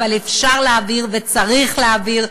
אבל אפשר להעביר וצריך להעביר,